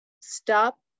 stop